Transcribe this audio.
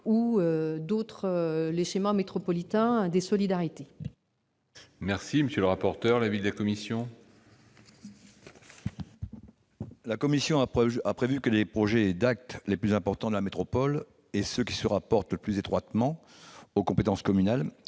ou le schéma métropolitain des solidarités. Quel est l'avis de la commission ? La commission a prévu que les projets d'actes les plus importants de la métropole et ceux qui se rapportent le plus étroitement aux compétences communales